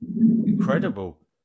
incredible